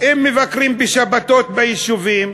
אם מבקרים בשבתות ביישובים.